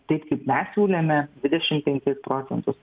taip kaip mes siūlėme dvidešim penkis procentus